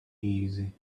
easy